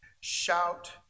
Shout